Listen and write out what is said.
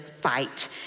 fight